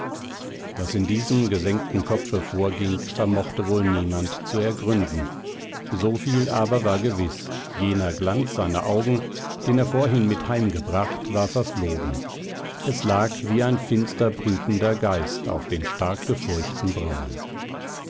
was in diesem gesenkten kopfe vorging vermochte wohl niemand zu ergründen so viel aber war gewiß jener glanz seiner augen den er vorhin mit heimgebracht war verflogen es lag wie ein finster brütender geist auf den stark gefurchten brauen